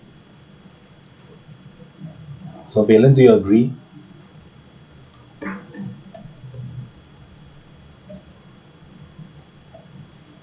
so valen do you agree